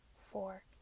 four